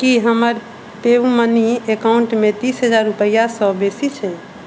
की हमर पेयूमनी एकाउंटमे तीस हजार रूपैआसँ बेसी छै